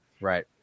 Right